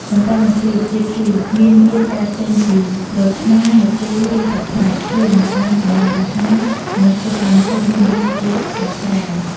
បន្ទាប់មកទៀត ជាតិជូរ មានវាកើតចេញពីក្រូចឆ្មារ ម្ជូរ ឬទឹកខ្មេះ ជួយបង្កើនចំណង់អាហារ និងធ្វើឱ្យម្ហូបមានរសជាតិស្រស់ស្រាយ។